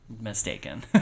mistaken